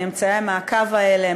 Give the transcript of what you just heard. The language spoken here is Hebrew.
מאמצעי המעקב האלה,